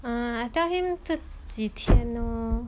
err I tell him 这几天 lor